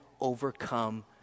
overcome